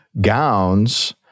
gowns